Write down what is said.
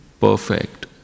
perfect